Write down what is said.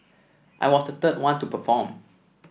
I was the third one to perform